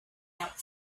out